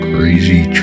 Crazy